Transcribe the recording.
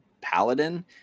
Paladin